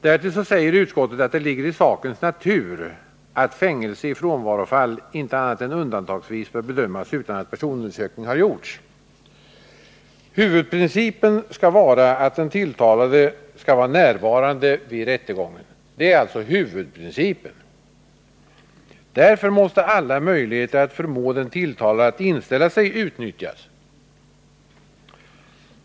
Därtill säger utskottet att det ligger i sakens natur att fängelse i frånvarofall inte annat än undantagsvis bör utdömas utan att personundersökning har gjorts. Huvudprincipen skall vara att den tilltalade skall vara närvarande vid rättegången. Därför måste alla möjligheter att förmå den tilltalade att inställa sig utnyttjas.